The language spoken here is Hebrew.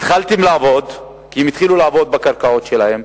התחלתם לעבוד, כי הם התחילו לעבוד בקרקעות שלהם.